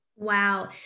Wow